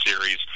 series